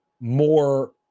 more